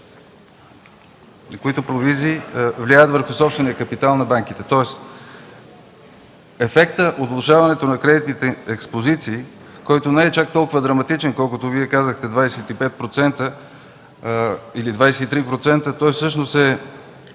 които влияят върху собствения капитал на банките. Тоест ефектът от удължаването на кредитните експозиции, който не е чак толкова драматичен, колкото Вие казахте – 25 %, или 23 %, всъщност е